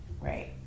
Right